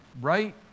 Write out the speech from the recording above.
right